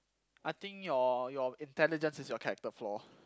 I think your your intelligence is your character flaw